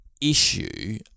issue